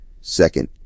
second